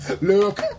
Look